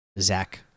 Zach